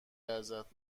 ازت